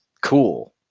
cool